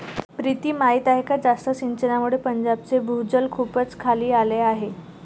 प्रीती माहीत आहे का जास्त सिंचनामुळे पंजाबचे भूजल खूपच खाली आले आहे